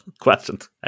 questions